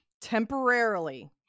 Temporarily